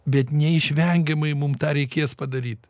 bet neišvengiamai mum tą reikės padaryt